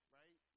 right